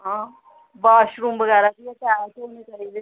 ते वॉशरूम बगैरा बी शैल होने चाहिदे